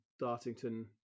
Dartington